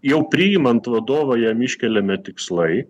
jau priimant vadovo jam iškeliami tikslai